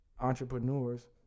entrepreneurs